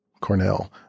Cornell